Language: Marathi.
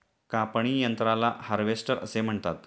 कापणी यंत्राला हार्वेस्टर असे म्हणतात